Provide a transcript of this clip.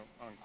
on